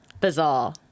bizarre